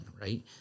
right